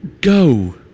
Go